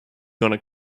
gonna